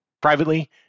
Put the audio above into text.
privately